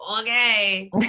okay